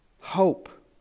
Hope